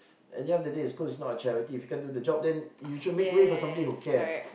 at the end of day the school is not charity if you can't do the job you should make way for someone who can